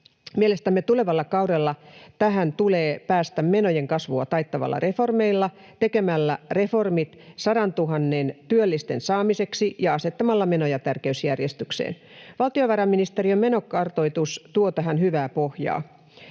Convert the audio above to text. Mielestämme tulevalla kaudella tähän tulee päästä menojen kasvua taittavilla reformeilla, tekemällä reformit 100 000 työllisen saamiseksi ja asettamalla menoja tärkeysjärjestykseen. Valtiovarainministeriön menokartoitus tuo tähän hyvää pohjaa.